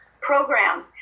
program